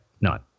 None